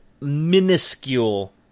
minuscule